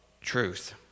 truth